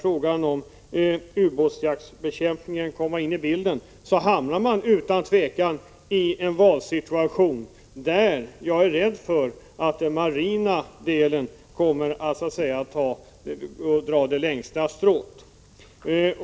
Skulle ubåtsjakt komma in i bilden hamnar man utan tvivel i en valsituation. Jag är rädd för att marinen då kommer att dra det längsta strået.